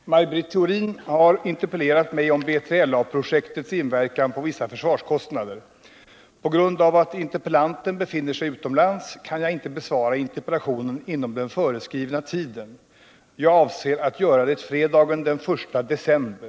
Herr talman! Maj Britt Theorin har interpellerat mig om B3LA-projektets inverkan på vissa försvarskostnader. På grund av att interpellanten befinner sig utomlands kan jag inte besvara interpellationen inom den föreskrivna tiden. Jag avser att göra det fredagen den 1 december.